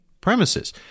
premises